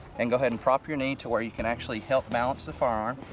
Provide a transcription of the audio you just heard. and go ahead an prop your knee to where you can actually help balance the firearm.